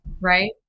Right